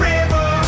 River